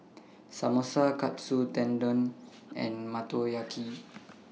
Samosa Katsu Tendon and Motoyaki